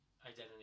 identity